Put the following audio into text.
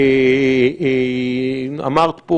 אמרת פה